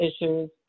issues